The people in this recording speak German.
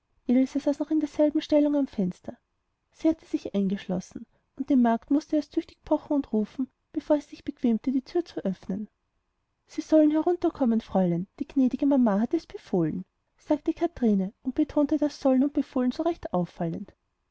noch in derselben stellung am fenster sie hatte sich eingeschlossen und die magd mußte erst tüchtig pochen und rufen bevor sie sich bequemte die thür zu öffnen sie sollen herunterkommen fräulein die gnädige mama hat es befohlen sagte kathrine und betonte das sollen und befohlen so recht auffallend